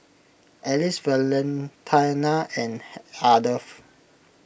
Elise Valentina and Ardeth